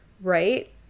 right